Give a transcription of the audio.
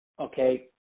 okay